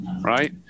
right